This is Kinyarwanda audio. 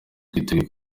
twiteguye